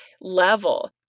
level